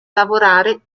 lavorare